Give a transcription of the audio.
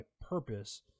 purpose